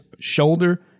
shoulder